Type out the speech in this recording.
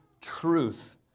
truth